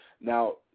Now